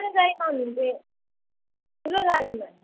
सानो गाडीमा आउनहुन्छ कि ठुलो गाडीमा